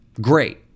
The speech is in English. Great